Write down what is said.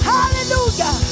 Hallelujah